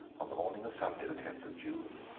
on the morning of sunday, the tenth of june,